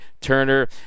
Turner